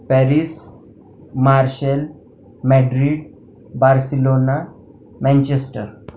Paris Marseille Madrid Barcelona Manchester